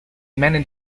many